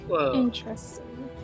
Interesting